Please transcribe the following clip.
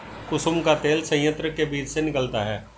कुसुम का तेल संयंत्र के बीज से मिलता है